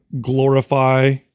glorify